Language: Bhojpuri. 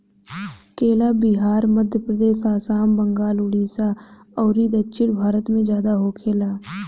केला बिहार, मध्यप्रदेश, आसाम, बंगाल, उड़ीसा अउरी दक्षिण भारत में ज्यादा होखेला